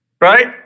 right